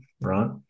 right